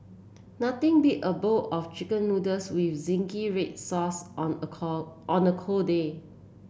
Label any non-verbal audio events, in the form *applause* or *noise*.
nothing beat a bowl of chicken noodles with zingy red sauce on a *unintelligible* on a cold day